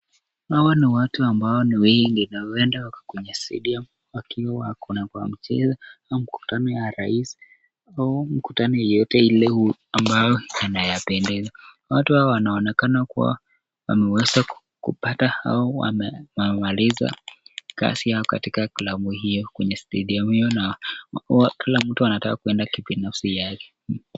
Hawa ni watu ambao ni wengi na huenda wakakwenye stadium wakiwa huko na kwa mchezo, mkutano ya rais au mkutano yoyote ile ambayo inawapendeza. Watu hawa wanaonekana kuwa wameweza kupata au wamemaliza kazi yao katika klabu hiyo kwenye stadium hiyo na kila mtu anataka kwenda kibinafsi yake.